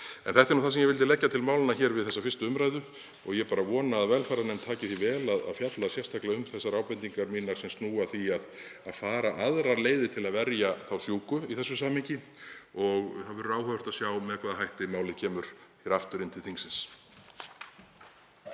Þetta er það sem ég vildi leggja til málanna hér við 1. umr. Ég vona að velferðarnefnd taki því vel að fjalla sérstaklega um þær ábendingar mínar sem snúa að því að fara aðrar leiðir til að verja þá sjúku í þessu samhengi. Það verður áhugavert að sjá með hvaða hætti málið kemur aftur inn til þingsins.